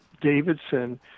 Davidson